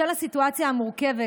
בשל הסיטואציה המורכבת,